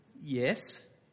Yes